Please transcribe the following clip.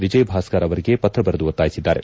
ವಿಜಯಭಾಸ್ಕರ್ ಅವರಿಗೆ ಪತ್ರ ಬರೆದು ಒತ್ತಾಯಿಸಿದ್ದಾರೆ